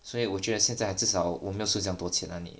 所以我觉得现在至少我没有输这样多钱 lah